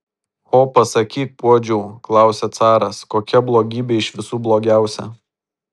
o pasakyk puodžiau klausia caras kokia blogybė iš visų blogiausia